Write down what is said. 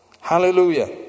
hallelujah